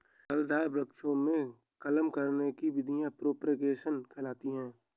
फलदार वृक्षों में कलम करने की विधियां प्रोपेगेशन कहलाती हैं